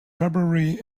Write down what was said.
february